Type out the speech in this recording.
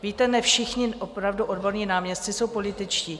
Víte, ne všichni opravdu odborní náměstci jsou političtí.